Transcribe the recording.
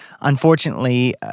unfortunately